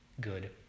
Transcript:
good